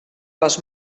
les